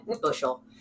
bushel